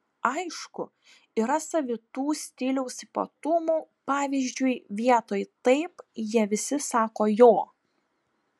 aišku yra savitų stiliaus ypatumų pavyzdžiui vietoj taip jie visi sako jo